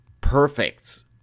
perfect